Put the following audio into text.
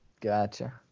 Gotcha